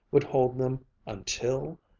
would hold them until.